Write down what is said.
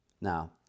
now